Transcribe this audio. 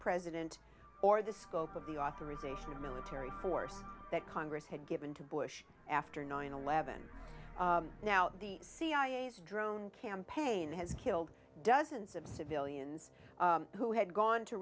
president or the scope of the authorization of military force that congress had given to bush after nine eleven now the cia's drone campaign has killed dozens of civilians who had gone to